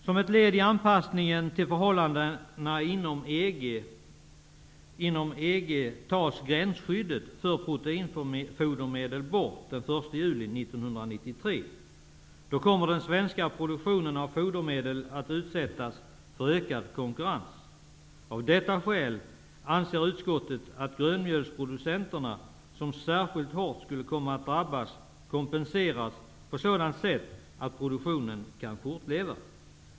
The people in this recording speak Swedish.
Som ett led i anpassningen till förhålandena inom EG tas gränsskyddet för proteinfodermedel bort den 1 juli 1993. Då kommer den svenska produktionen av fodermedel att utsättas för ökad konkurrens. Av detta skäl anser utskottet att grönmjölsproducenterna, som särskilt hårt skulle komma att drabbas, bör kompenseras på ett sådant sätt att produktionen kan fortleva.